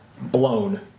blown